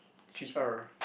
cheaper